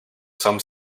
some